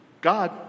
God